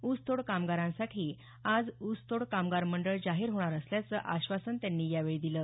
ऊस तोड कामगारांसाठी आज ऊसतोड कामगार मंडळ जाहीर होणार असल्याचं आश्वासन त्यांनी यावेळी दिलं